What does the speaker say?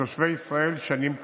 לתושבי ישראל שנים קדימה.